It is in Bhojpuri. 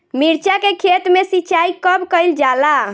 मिर्चा के खेत में सिचाई कब कइल जाला?